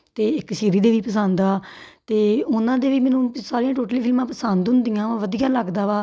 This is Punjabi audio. ਅਤੇ ਇੱਕ ਸ਼੍ਰੀਦੇਵੀ ਪਸੰਦ ਆ ਅਤੇ ਉਹਨਾਂ ਦੇ ਵੀ ਮੈਨੂੰ ਸਾਰੀਆਂ ਟੋਟਲੀ ਫਿਲਮਾਂ ਪਸੰਦ ਹੁੰਦੀਆਂ ਵਧੀਆ ਲੱਗਦਾ ਵਾ